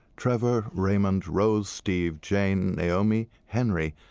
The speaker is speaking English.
trevor, raymond, rose, steve, jane, naomi, henri,